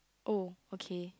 oh okay